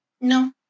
no